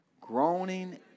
Groaning